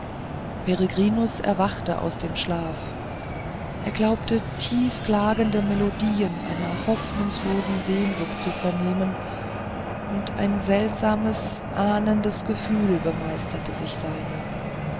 peregrinus erwachte aus dem schlaf er glaubte tief klagende melodien einer hoffnungslosen sehnsucht zu vernehmen und ein seltsames ahnendes gefühl bemeisterte sich seiner